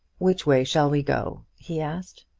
which way shall we go? he asked.